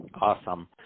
awesome